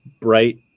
bright